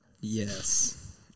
Yes